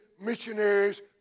missionaries